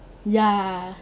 ya